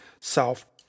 South